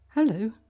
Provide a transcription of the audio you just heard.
Hello